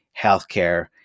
healthcare